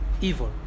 evil